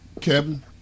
Kevin